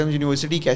university